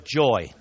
joy